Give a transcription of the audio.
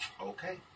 okay